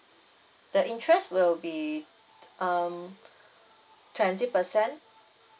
the interest will be tw~ um twenty percent